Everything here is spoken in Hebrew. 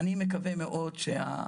אני מקווה מאוד שה,